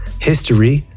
history